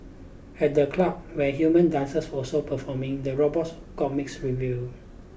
at the club where human dancers also performing the robots got mixed reviews